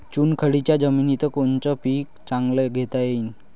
चुनखडीच्या जमीनीत कोनतं पीक चांगलं घेता येईन?